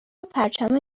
پرچم